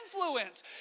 influence